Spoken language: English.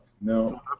no